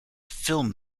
film